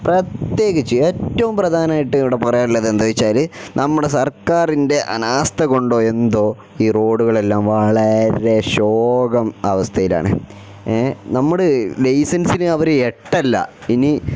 പ്രത്യേകിച്ചു ഏറ്റവും പ്രധാനമായിട്ട് ഇവിടെ പറയാനുള്ളത് എന്താണെന്ന് വച്ചാൽ നമ്മുടെ സർക്കാരിൻ്റെ അനാസ്ഥ കൊണ്ടോ എന്തോ ഈ റോഡുകളെല്ലാം വളരെ ശോകം അവസ്ഥയിലാണ് നമ്മുടെ ലൈസൻസിന് അവർ എട്ടല്ല ഇനി